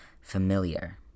familiar